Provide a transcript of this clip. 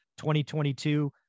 2022